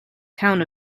town